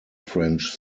french